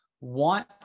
want